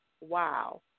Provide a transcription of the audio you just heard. wow